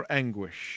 anguish